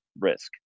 risk